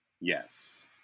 yes